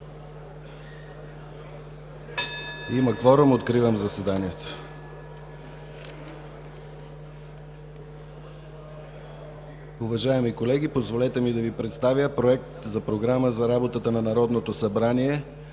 Има кворум, откривам заседанието. Уважаеми колеги, позволете да Ви представя Проект за програма за работата на Народното събрание